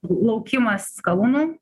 laukimas skalūnų